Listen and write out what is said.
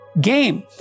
game